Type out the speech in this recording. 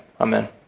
Amen